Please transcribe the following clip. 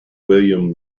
william